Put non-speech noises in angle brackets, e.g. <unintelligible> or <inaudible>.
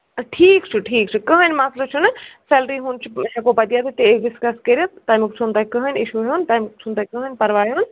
ٹھیٖک چھُ ٹھیٖک چھُ کٕہٕنۍ مسلہٕ چھُنہٕ سٮ۪لری ہُنٛد چھُ ہٮ۪کو پتہٕ <unintelligible> ڈِسکس کٔرِتھ تَمیُک چھُنہٕ تۄہہِ کٕہٕٕنۍ اِشوٗ ہیوٚن تَمیُک چھُنہٕ تۄہہِ کٕہٕنۍ پرواے ہیوٚن